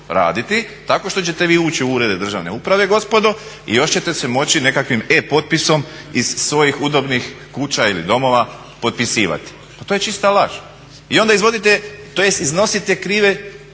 raditi tako što ćete vi ući u urede državne uprave gospodo i još ćete se moći nekakvim e-potpisom iz svojih udobnih kuća ili domova potpisivati. Pa to je čista laž. I onda izvodite, tj. iznosite krive